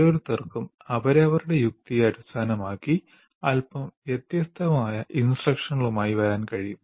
ഓരോരുത്തർക്കും അവരവരുടെ യുക്തിയെ അടിസ്ഥാനമാക്കി അല്പം വ്യത്യസ്തമായ ഇൻസ്ട്രക്ഷനുകളുമായി വരാൻ കഴിയും